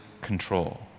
control